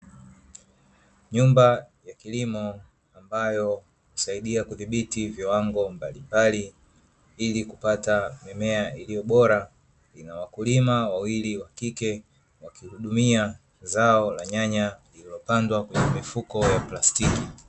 Nyumba ya kilimo, ambayo husaidia kudhibiti viwango mbalimbali ili kupata mimea iliyo bora. Ina wakulima wawili wa kike wakihudumia zao la nyanya lililopandwa kwenye mifuko ya plastiki.